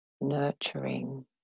nurturing